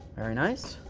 very nice.